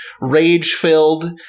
rage-filled